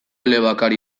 elebakar